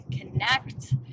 connect